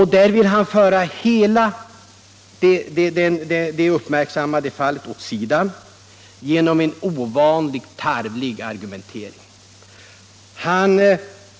Han ville föra hela det fallet åt sidan genom en ovanligt tarvlig argumentering.